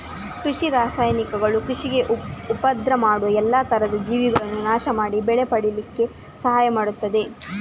ಕೃಷಿ ರಾಸಾಯನಿಕಗಳು ಕೃಷಿಗೆ ಉಪದ್ರ ಮಾಡುವ ಎಲ್ಲಾ ತರದ ಜೀವಿಗಳನ್ನ ನಾಶ ಮಾಡಿ ಬೆಳೆ ಪಡೀಲಿಕ್ಕೆ ಸಹಾಯ ಮಾಡ್ತದೆ